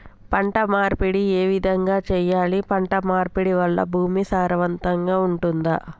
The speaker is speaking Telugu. పంట మార్పిడి ఏ విధంగా చెయ్యాలి? పంట మార్పిడి వల్ల భూమి సారవంతంగా ఉంటదా?